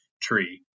tree